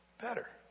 better